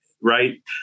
right